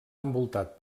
envoltat